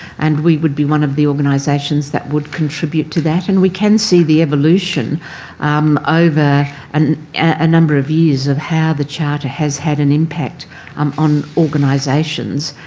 and we would be one of the organisations that would contribute to that. and we can see the evolution um over a ah number of years of how the charter has had an impact um on organisations.